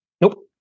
Nope